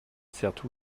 certes